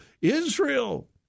Israel